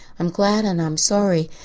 i'm glad and i'm sorry.